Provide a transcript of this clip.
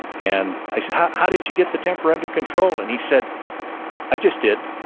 and i said how how did you get the temper under control? and he said i just did.